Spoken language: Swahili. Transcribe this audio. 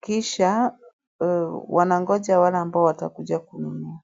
kisha wanangoja wale ambao watakuja kununua.